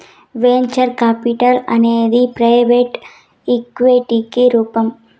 venture capital అనేది private ఈక్విటికి రూపం